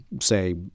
say